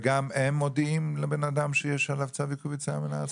וגם הם מודיעים לבן אדם שיש עליו צו עיכוב יציאה מן הארץ?